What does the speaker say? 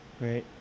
right